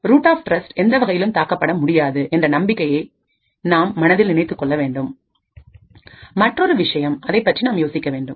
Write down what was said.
root of trust எந்த வகையிலும் தாக்கப்பட முடியாது என்ற நம்பிக்கையின் நாம் மனதில் நினைத்து கொள்ளவேண்டும் மற்றொரு விஷயம் அதைப்பற்றி நாம் யோசிக்க வேண்டும்